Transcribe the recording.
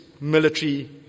military